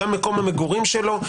שם מקום המגורים שלו,